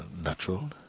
natural